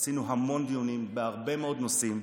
ועשינו המון דיונים בהרבה מאוד נושאים,